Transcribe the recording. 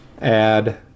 add